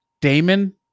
Damon